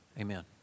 Amen